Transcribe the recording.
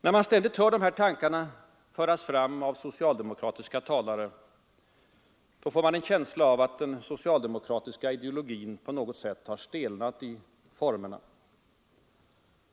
När man ständigt hör de här tankarna föras fram av socialdemokratiska talare, får man en känsla av att den socialdemokratiska ideologin på något sätt har stelnat i formerna.